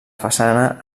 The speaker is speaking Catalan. façana